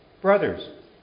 Brothers